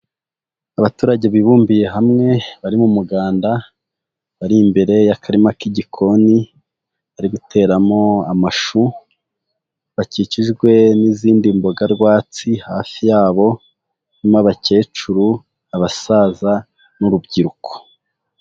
Abaturage bibumbiye hamwe bari mu muganda, bari imbere y'akarima k'igikoni, bari guteramo amashu, bakikijwe n'izindi mboga rwatsi, hafi yabo harimo abakecuru, abasaza n'urubyiruko.